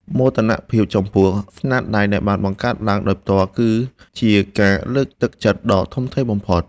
មោទនភាពចំពោះស្នាដៃដែលបានបង្កើតឡើងដោយផ្ទាល់ដៃគឺជាការលើកទឹកចិត្តដ៏ធំធេងបំផុត។